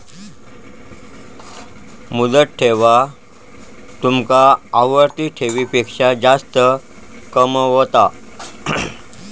मुदत ठेव तुमका आवर्ती ठेवीपेक्षा जास्त कमावता